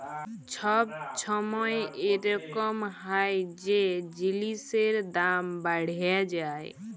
ছব ছময় ইরকম হ্যয় যে জিলিসের দাম বাড়্হে যায়